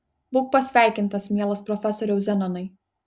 būk pasveikintas mielas profesoriau zenonai